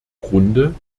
grunde